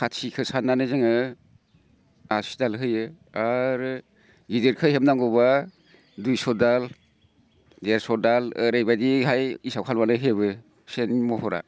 खाथिखो साननानै जोङो आसिदाल होयो आरो गादोरखो हेबनांगोब्ला दुइस'दाल देरस'दाल ओरैबायदिहाय हिसाब खालामनानै हेबो सेननि महरा